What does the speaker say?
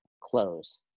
close